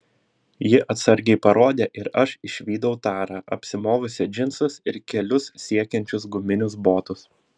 ji atsargiai parodė ir aš išvydau tarą apsimovusią džinsus ir kelius siekiančius guminius botus